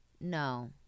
No